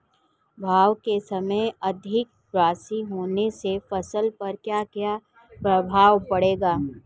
बुआई के समय अधिक वर्षा होने से फसल पर क्या क्या प्रभाव पड़ेगा?